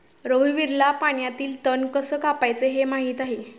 रघुवीरला पाण्यातील तण कसे कापायचे हे माहित आहे